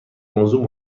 موضوع